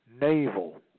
Naval